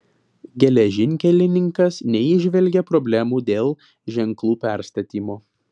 geležinkelininkas neįžvelgė problemų dėl ženklų perstatymo